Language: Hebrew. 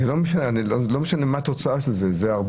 לא משנה מה התוצאה של זה.